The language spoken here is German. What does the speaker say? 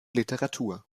literatur